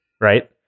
right